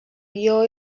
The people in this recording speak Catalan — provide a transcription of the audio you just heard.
guió